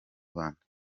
rwanda